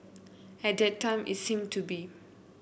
at that time it seemed to be